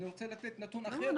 אני רוצה לתת נתון אחר.